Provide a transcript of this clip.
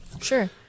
Sure